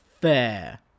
fair